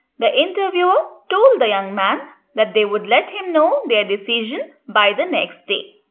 the interviewer told the young man that they would let him know their decision by the next day.